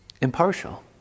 Impartial